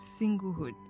singlehood